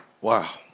Wow